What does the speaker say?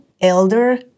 elder